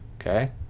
Okay